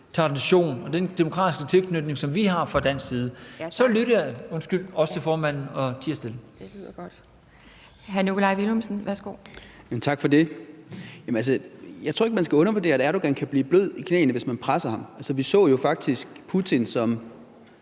og den demokratiske tilknytning, som vi har fra dansk side, så lytter jeg (Formanden (Pia